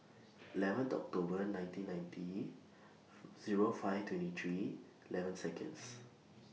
eleven October nineteen ninety Zero five twenty three eleven Seconds